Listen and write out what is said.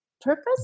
purpose